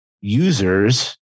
users